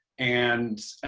and